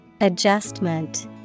Adjustment